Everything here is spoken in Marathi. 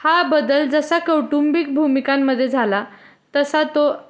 हा बदल जसा कौटुंबिक भूमिकांमध्ये झाला तसा तो